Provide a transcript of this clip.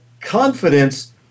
confidence